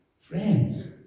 Friends